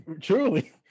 Truly